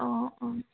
অঁ অঁ